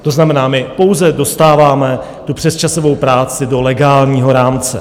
To znamená, my pouze dostáváme tu přesčasovou práci do legálního rámce.